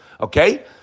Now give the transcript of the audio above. Okay